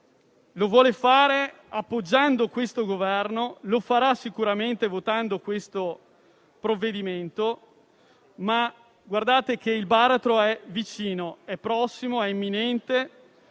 Lo vuole fare appoggiando questo Governo e lo farà sicuramente votando il provvedimento in esame. Guardate, però, che il baratro è vicino, è prossimo, è imminente.